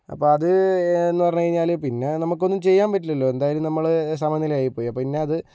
അപ്പോ അത് എന്ന് പറഞ്ഞു കഴിഞ്ഞാൽ പിന്നെ നമുക്കൊന്നും ചെയ്യാൻ പറ്റില്ലല്ലോ എന്തായാലും നമ്മള് സമനിലയായി പോയി പിന്നെ അത്